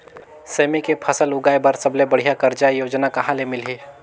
सेमी के फसल उगाई बार सबले बढ़िया कर्जा योजना कहा ले मिलही?